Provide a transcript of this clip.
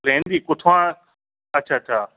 plain दी कुत्थुआं अच्छा अच्छा